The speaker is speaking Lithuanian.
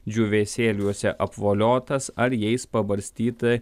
džiūvėsėliuose apvoliotas ar jais pabarstyta